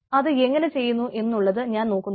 അത് എങ്ങനെ ചെയ്യുന്നു എന്നുള്ളത് ഞാൻ നോക്കുന്നില്ല